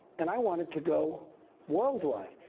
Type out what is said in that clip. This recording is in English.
and i wanted to go worldwide.